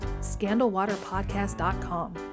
scandalwaterpodcast.com